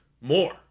more